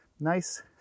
nice